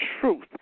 truth